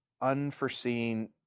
unforeseen